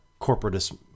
corporatist